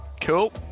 cool